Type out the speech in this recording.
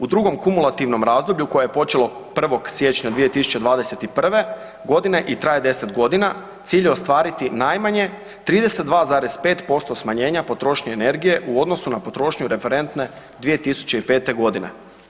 U drugom kumulativnom razdoblju koje je počelo 1. siječnja 2021. godine i traje 10 godine cilj je ostvariti najmanje 32,5% smanjenja potrošnje energije u odnosu na potrošnju referentne 2005. godine.